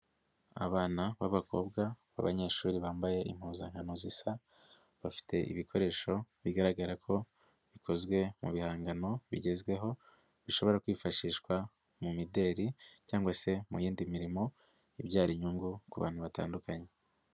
Abana b'abakobwa b'abanyeshuri bambaye impuzankano zisa, bafite ibikoresho, bigaragara ko bikozwe mu bihangano bigezweho, bishobora kwifashishwa mu mideri cyangwa se mu yindi mirimo ibyara inyungu ku bantu batandukanye.